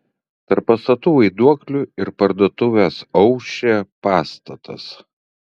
tarp pastatų vaiduoklių ir parduotuvės aušrė pastatas